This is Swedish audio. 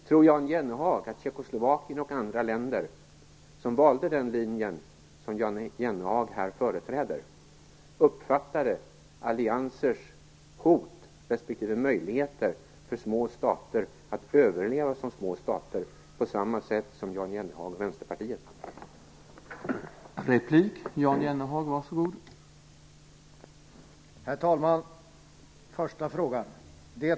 Tror Jan Jennehag att Tjeckoslovakien och andra länder som valde den linje som han här företräder uppfattade allianser som hot respektive möjligheter för små stater att överleva som små stater på samma sätt som Jan Jennehag och Vänsterpartiet gör?